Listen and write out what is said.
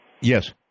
yes